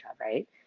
right